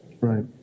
Right